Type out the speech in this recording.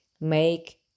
make